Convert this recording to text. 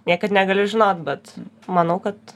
niekad negali žinot bet manau kad